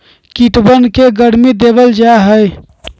कीटवन के गर्मी देवल जाहई